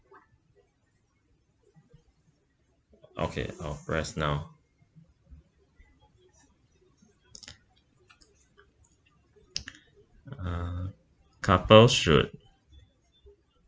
okay I'll press now uh couples should